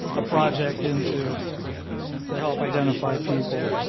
a project into to help identify people.